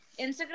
Instagram